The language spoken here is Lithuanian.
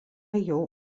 jau